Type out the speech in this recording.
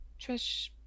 Trish